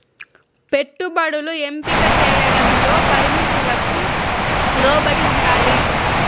పెట్టుబడులు ఎంపిక చేయడంలో పరిమితులకు లోబడి ఉండాలి